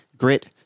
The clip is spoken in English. grit